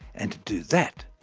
and to do that,